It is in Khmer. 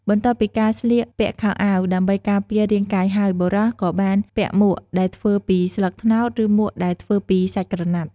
បន្ទាប់ពីការស្លៀកពាក់ខោអាវដើម្បីការពាររាងកាយហើយ បុរសក៏បានពាក់មួកដែលធ្វើពីស្លឹកត្នោត ឬមួកដែលធ្វើពីសាច់ក្រណាត់។